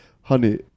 honey